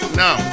now